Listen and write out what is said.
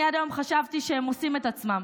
אני עד היום חשבתי שהם עושים את עצמם,